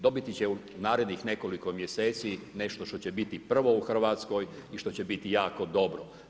Dobiti će u narednih nekoliko mjeseci nešto što će biti prvo u Hrvatskoj i što će biti jako dobro.